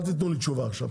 אל תתנו לי תשובה עכשיו.